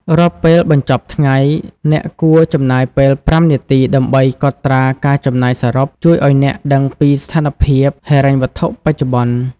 រាល់ពេលបញ្ចប់ថ្ងៃ អ្នកគួរចំណាយពេល ៥ នាទីដើម្បីកត់ត្រាការចំណាយសរុប ជួយឱ្យអ្នកដឹងពីស្ថានភាពហិរញ្ញវត្ថុបច្ចុប្បន្ន។